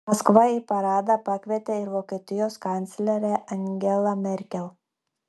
maskva į paradą pakvietė ir vokietijos kanclerę angelą merkel